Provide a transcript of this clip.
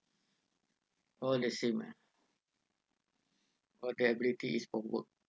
all the same lah their ability is homework